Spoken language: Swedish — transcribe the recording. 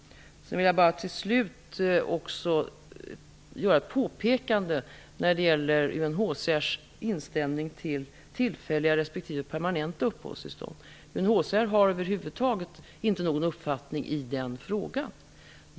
Jag vill till slut också göra ett påpekande när det gäller UNHCR:s inställning till tillfälliga respektive permanenta uppehållstillstånd. UNHCR har över huvud taget inte någon uppfattning i den frågan.